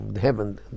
heaven